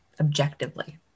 Objectively